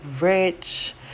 rich